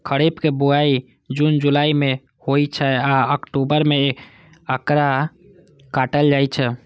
खरीफ के बुआई जुन जुलाई मे होइ छै आ अक्टूबर मे एकरा काटल जाइ छै